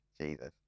Jesus